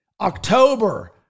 October